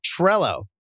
Trello